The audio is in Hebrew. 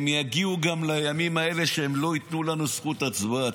הם יגיעו גם לימים האלה שהם לא ייתנו לנו זכות הצבעה,